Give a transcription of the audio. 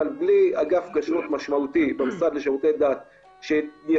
אבל בלי אגף כשרות משמעותי במשרד לשירותי דת שיפקח